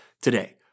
today